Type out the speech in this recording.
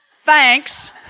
thanks